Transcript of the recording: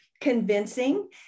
convincing